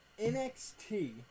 NXT